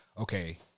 Okay